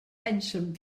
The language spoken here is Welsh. pensiwn